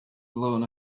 blown